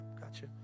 gotcha